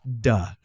duh